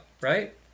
right